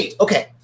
Okay